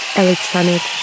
electronic